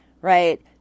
right